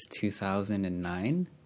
2009